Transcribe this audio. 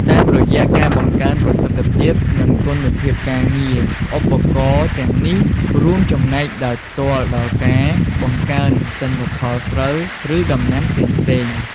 តាមរយៈការបង្កើនប្រសិទ្ធភាព និងគុណភាពការងារ ឧបករណ៍ទាំងនេះរួមចំណែកដោយផ្ទាល់ដល់ការបង្កើនទិន្នផលស្រូវ ឬដំណាំផ្សេងៗ។